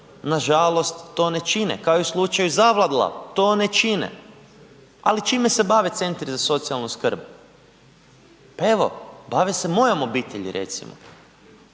nažalost to ne čine, kao i u slučaju Zavadlav, to ne čine. Ali čime se bave centri za socijalnu skrb? Pa evo, bave se mojom obitelji recimo.